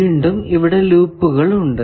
വീണ്ടും ഇവിടെ ലൂപ്പുകൾ ഉണ്ട്